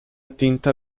tinta